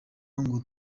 ngo